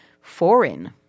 foreign